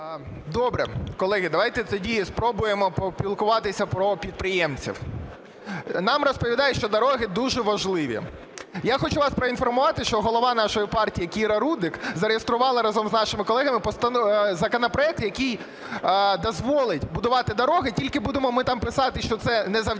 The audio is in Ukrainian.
Добре. Колеги, давайте тоді спробуємо поспілкуватися про підприємців. Нам розповідають, що дороги дуже важливі. Я хочу вас проінформувати, що голова нашої партії Кіра Рудик зареєструвала, разом з нашими колегами, законопроект, який дозволить будувати дороги. Тільки будемо ми там писати, що це не завдяки